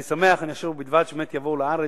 אני שמח, אני חושב, ובלבד שבאמת יבואו לארץ.